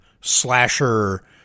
slasher